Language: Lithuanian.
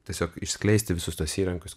tiesiog išskleisti visus tuos įrankius